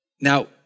Now